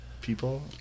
people